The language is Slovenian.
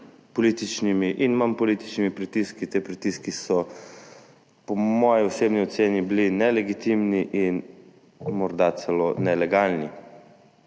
političnimi in manj političnimi pritiski. Ti pritiski so bili po moji osebni oceni nelegitimni in morda celo nelegalni,